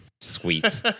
sweet